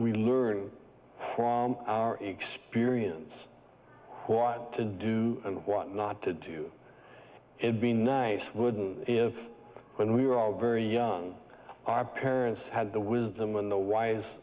really learn from our experience who want to do and what not to do and be nice wouldn't if when we were all very young our parents had the wisdom when the wise